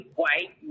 white